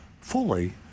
fully